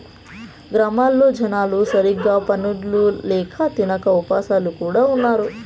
గ్రామాల్లో జనాలు సరిగ్గా పనులు ల్యాక తినక ఉపాసాలు కూడా ఉన్నారు